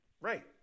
Right